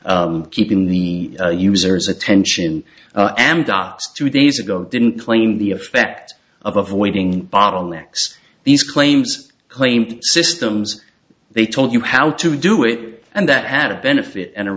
keeping the user's attention amdocs two days ago didn't claim the effect of avoiding bottlenecks these claims claimed systems they told you how to do it and that had a benefit and a